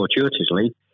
fortuitously